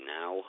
now